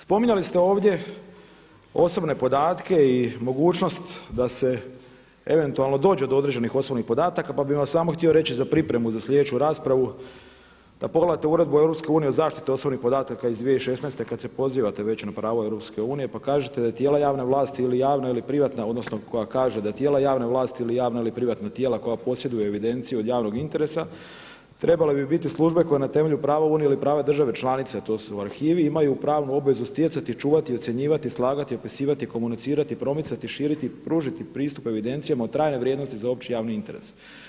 Spominjali ste ovdje osobne podatke i mogućnost da se eventualno dođe do određenih osobnih podataka pa bih vam samo htio reći za pripremu za sljedeću raspravu da pogledate Uredbu EU o zaštiti osobnih podataka iz 2016. kad se pozivate već na pravo EU, pa kažete da tijela javne vlasti ili javna ili privatna odnosno koja kaže da tijela javne vlasti ili javna ili privatna tijela koja posjeduje evidenciju od javnog interesa trebale bi biti službe koje na temelju prava Unije ili prava države članice, a to su arhivi imaju pravnu obvezu stjecati, čuvati, ocjenjivati, slagati, opisivati, komunicirati, promicati, širiti, pružiti pristup evidencijama od trajne vrijednosti za opći javni interes.